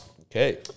okay